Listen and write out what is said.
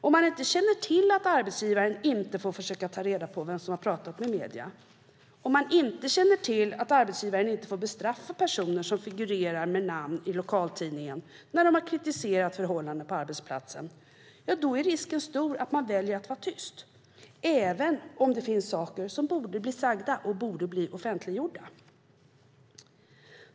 Om man inte känner till att arbetsgivaren inte får försöka ta reda på vem som har pratat med medier, om man inte känner till att arbetsgivaren inte får bestraffa personer som figurerar med namn i lokaltidningen när de har kritiserat förhållanden på arbetsplatsen är risken stor att man väljer att vara tyst, även om det finns saker som borde bli sagda och borde bli offentliggjorda.